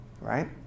Right